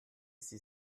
sie